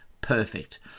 Perfect